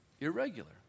irregular